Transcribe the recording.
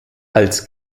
als